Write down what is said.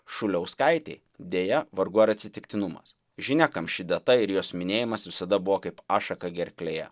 šuliauskaitei deja vargu ar atsitiktinumas žinia kam ši data ir jos minėjimas visada buvo kaip ašaka gerklėje